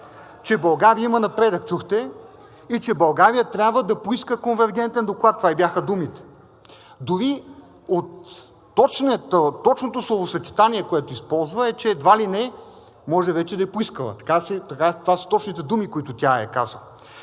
че България има напредък, чухте и че България трябва да поиска конвергентен доклад. Това ѝ бяха думите. Дори точното словосъчетание, което използва, е, че едва ли не може вече да е поискала. Това са точните думи, които тя е казала.